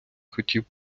хотів